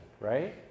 right